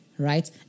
Right